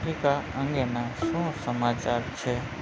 Africa અંગેના શું સમાચાર છે